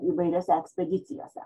įvairiose ekspedicijose